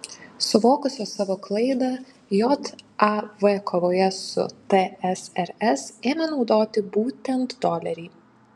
suvokusios savo klaidą jav kovoje su tsrs ėmė naudoti būtent dolerį